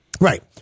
Right